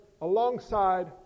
alongside